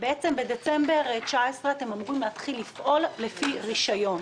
בעצם בדצמבר 2019 אתם אמורים להתחיל לפעול לפי רישיון.